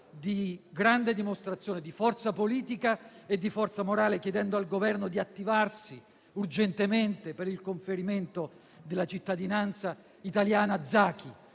di grande dimostrazione di forza politica e di forza morale, chiedendo al Governo di attivarsi urgentemente per il conferimento della cittadinanza italiana a Zaki.